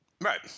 Right